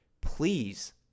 please